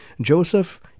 Joseph